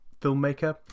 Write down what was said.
filmmaker